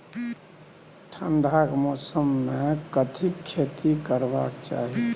ठंडाक मौसम मे कथिक खेती करबाक चाही?